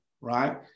right